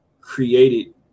created